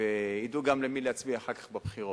וידעו גם למי להצביע אחר כך בבחירות.